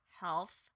health